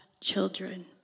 children